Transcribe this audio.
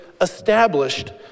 established